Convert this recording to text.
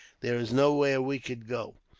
there is nowhere we could go.